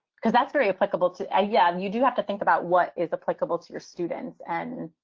because that's very applicable to ah yeah, you do have to think about what is applicable to your students and,